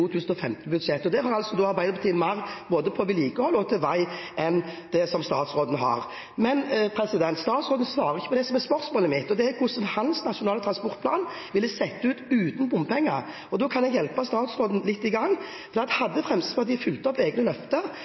mer både til vedlikehold og til vei enn det statsråden har. Men statsråden svarer ikke på det som er spørsmålet mitt, og det er hvordan hans nasjonale transportplan ville sett ut uten bompenger. Da kan jeg hjelpe statsråden litt i gang: Hadde Fremskrittspartiet fulgt opp egne løfter,